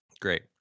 Great